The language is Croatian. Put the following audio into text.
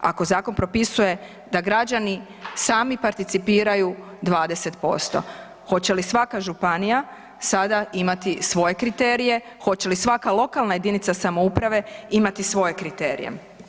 Ako zakon propisuje da građani sami participiraju 20%, hoće li svaka županija sada imati svoje kriterije, hoće li svaka lokalna jedinica samouprave imati svoje kriterije?